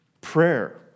prayer